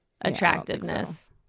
attractiveness